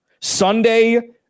Sunday